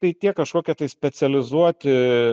tai tie kažkokie tai specializuoti